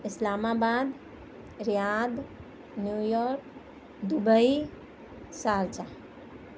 اسلام آباد Riyadh New York Dubai Sharjah